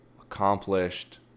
accomplished